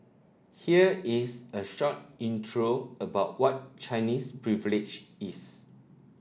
here is a short intro about what Chinese Privilege is